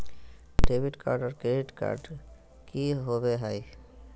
Debit card और credit card की होवे हय?